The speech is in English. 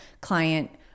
client